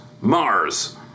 Mars